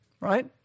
Right